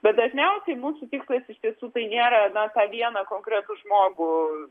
bet dažniausiai mūsų tikslas iš tiesų tai nėra tą vieną konkretų žmogų